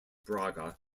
braga